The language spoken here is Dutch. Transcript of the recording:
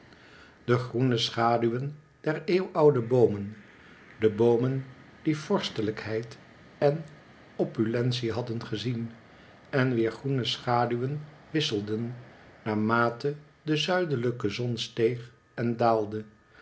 de groene schaduwen der eeuwoude boomen de boomen die vorstelijkheid en opulentie hadden gezien en wier groene schaduwen wisselden naar mate de zuidelijke zon steeg en daalde